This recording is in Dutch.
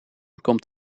komt